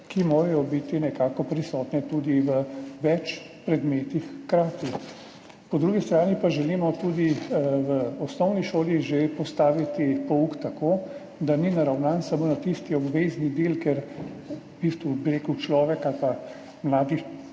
ki morajo biti nekako prisotne tudi v več predmetih hkrati. Po drugi strani pa želimo že v osnovni šoli pouk postaviti tako, da ni naravnan samo na tisti obvezni del, ker v bistvu človek ali pa mladi